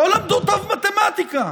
לא למדו טוב מתמטיקה.